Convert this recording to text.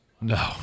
No